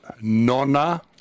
Nona